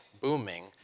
booming